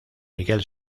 miguel